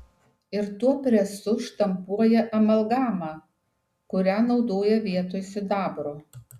ir tuo presu štampuoja amalgamą kurią naudoja vietoj sidabro